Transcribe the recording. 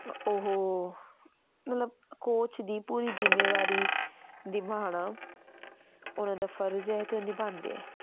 ਉਹ ਮਤਲਬ ਕੋਚ ਦੀ ਪੂਰੀ ਜ਼ਿੰਮੇਵਾਰੀ ਨਿਭਾਉਣਾ ਉਹਨਾਂ ਦਾ ਫਰਜ਼ ਹੈ ਅਤੇ ਨਿਭਾਉਂਦੇ ਹੈ